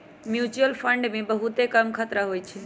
mutual fund मे बहुते कम खतरा होइ छइ